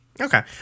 Okay